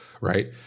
right